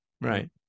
right